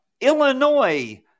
Illinois